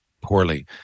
poorly